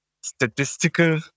statistical